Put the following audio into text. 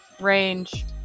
Range